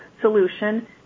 solution